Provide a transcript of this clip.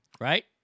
Right